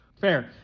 Fair